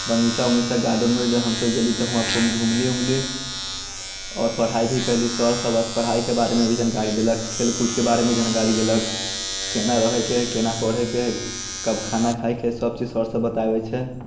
बगीचा ओगीचा गार्डन ओर्डेन हमसब गेली तऽ वहाँ खूब घूमली ओमली आओर पढ़ाइ भी कयली सर से पढ़ाइके बारेमे भी जानकारी देलक खेल कूदके बारेमे जानकारी देलक केना रहेके हय केना पढ़ेके हय कब खाना खायके हय सब चीज सर सब बताबैत छै